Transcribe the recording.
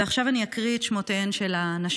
ועכשיו אני אקריא את שמותיהן של הנשים: